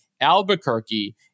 albuquerque